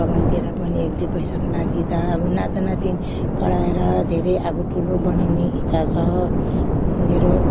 बगानतिर पनि एक दुई पैसाको लागि त अब नाता नातिनी पढाएर अब धेरै अब ठुलो बनाउने इच्छा छ मेरो